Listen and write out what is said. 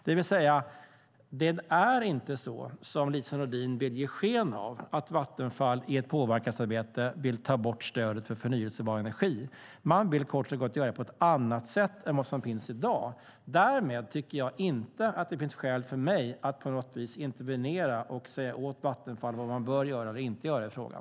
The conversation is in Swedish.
Det är alltså inte så som Lise Nordin vill ge sken av, nämligen att Vattenfall i ett påverkansarbete vill ta bort stödet för förnybar energi. Man vill kort och gott göra det på ett annat sätt än vad som finns i dag. Därmed finns det inte skäl för mig att på något vis intervenera och säga åt Vattenfall vad man bör göra eller inte göra i frågan.